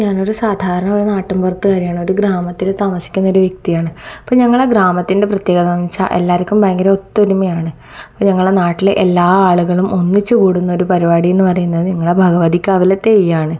ഞാനൊരു സാധാരണ ഒരു നാട്ടിൻ പുറത്തുകാരിയാണ് ഒരു ഗ്രാമത്തിൽ താമസിക്കുന്ന ഒരു വ്യക്തിയാണ് അപ്പം ഞങ്ങളെ ഗ്രാമത്തിൻ്റെ പ്രത്യേകത എന്നു വെച്ചാൽ എല്ലാവർക്കും ഭയങ്കര ഒത്തൊരുമയാണ് ഞങ്ങളുടെ നാട്ടിലെ എല്ലാ ആളുകളും ഒന്നിച്ചു കൂടുന്ന ഒരു പരിപാടി എന്ന് പറയുന്നത് ഞങ്ങളുടെ ഭഗവതി കാവിലെ തെയ്യമാണ്